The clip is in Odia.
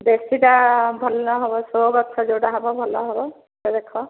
ଦେଶୀଟା ଭଲ ହେବ ସୋ ଗଛ ଯେଉଁଟା ହେବ ଭଲରେ ହବ ତ ସେଇଟା ଦେଖ